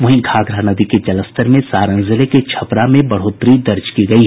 वहीं घाघरा नदी के जलस्तर में सारण जिले के छपरा में बढ़ोतरी दर्ज की गयी